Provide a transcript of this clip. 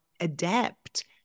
adept